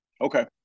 Okay